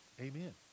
Amen